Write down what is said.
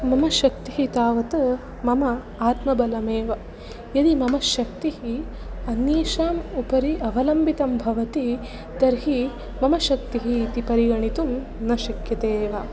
मम शक्तिः तावत् मम आत्मबलमेव यदि मम शक्तिः अन्येषाम् उपरि अवलम्बितं भवति तर्हि मम शक्तिः इति परिगणितुं न शक्यते एव